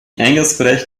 eingangsbereich